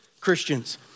Christians